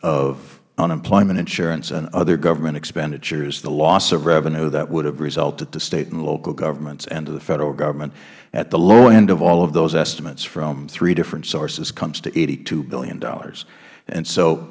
of unemployment insurance and other government expenditures the loss of revenue that would have resulted to state and local governments and to the federal government at the low end of all of those estimates from three different sources comes to eighty two dollars billion and so